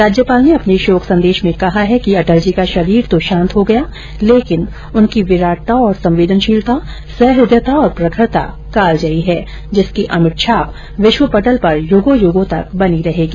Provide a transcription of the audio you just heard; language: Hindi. राज्यपाल ने अपने शोक संदेश में कहा है कि अटलजी का शरीर तो शांत हो गया लेकिन उनकी विराटता संवेदनशीलता सह्दयता और प्रखरता कालजयी है जिसकी अमिट छाप विश्व पटल पर युगों युगों तक बनी रहेगी